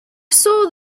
saw